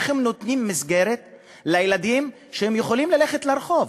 איך הם נותנים מסגרת לילדים שיכולים ללכת לרחוב,